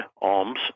alms